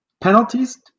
penalties